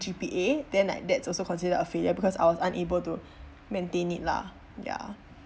GPA then like that's also considered a failure because I was unable to maintain it lah ya